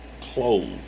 clothes